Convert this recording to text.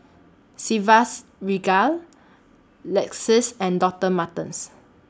Chivas Regal Lexus and Doctor Martens